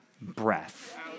Breath